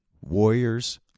Warriors